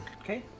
Okay